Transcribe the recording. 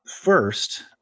First